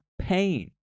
pain